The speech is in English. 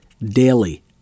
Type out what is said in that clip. daily